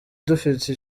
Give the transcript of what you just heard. dufite